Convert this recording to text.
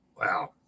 Wow